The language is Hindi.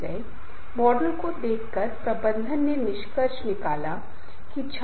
कार्य समूह में वे लोग शामिल होते हैं जो एक समान कार्य को प्राप्त करने के लिए मिलकर काम करते हैं